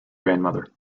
grandmother